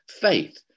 Faith